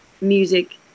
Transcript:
music